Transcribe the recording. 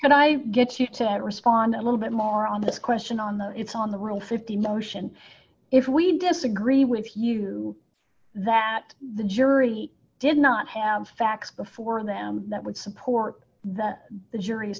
but i get you to respond a little bit more on this question on the it's on the rule fifty motion if we disagree with you that the jury did not have facts before them that would support the jury's